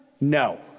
No